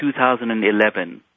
2011